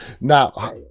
Now